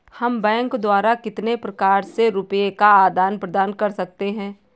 हम बैंक द्वारा कितने प्रकार से रुपये का आदान प्रदान कर सकते हैं?